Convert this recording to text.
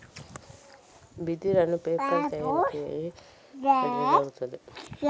ಬಿದಿರನ್ನು ಪೇಪರ್ ತಯಾರಿಕೆಗಾಗಿ ಕಡಿಯಲಾಗುತ್ತದೆ